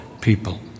people